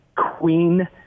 queen